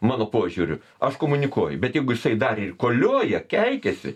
mano požiūriu aš komunikuoju bet jeigu jisai dar ir kolioja keikiasi